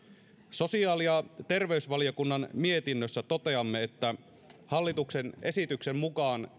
sosiaali ja terveysvaliokunnan mietinnössä toteamme että hallituksen esityksen mukaan